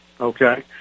Okay